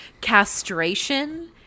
castration